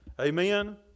Amen